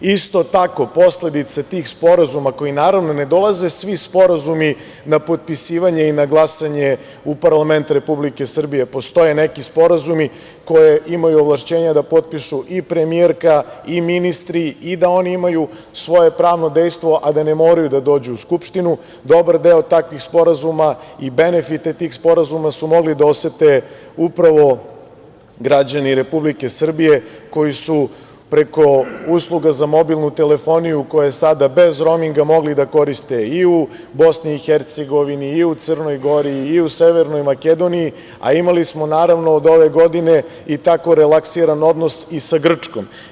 Isto tako, posledice tih sporazuma koji, naravno, ne dolaze svi sporazumi na potpisivanje i na glasanje u parlament Republike Srbije, postoje neki sporazumi koje imaju ovlašćenje da potpišu i premijerka i ministri i da oni imaju svoje pravno dejstvo a da ne moraju da dođu u Skupštinu i dobar deo takvih sporazuma i benefite tih sporazuma su mogli da osete upravo građani Republike Srbije, koji su preko usluga za mobilnu telefoniju koja je sada bez rominga, mogli da koriste i u BiH, Crnoj Gori i Severnoj Makedoniji, a imali smo od ove godine tako relaksiran odnos i sa Grčkom.